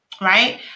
Right